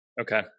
Okay